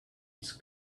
his